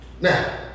Now